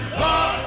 walk